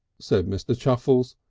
said mr. chuffles,